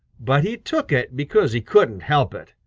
but he took it because he couldn't help it.